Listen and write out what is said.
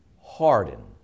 harden